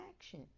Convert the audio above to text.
action